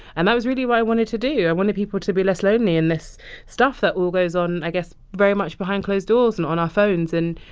and that was really what i wanted to do. i wanted people to be less lonely in this stuff that all goes on, i guess, very much behind closed doors and on our phones. and,